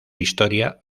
historia